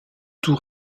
tout